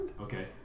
Okay